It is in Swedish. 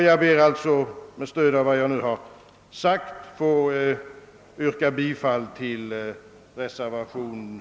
Jag ber alltså med stöd av vad jag nu har sagt att få yrka bifall till reservationen 3.